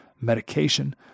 medication